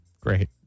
great